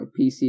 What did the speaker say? PC